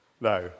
No